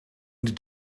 going